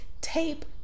Tape